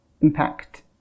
impact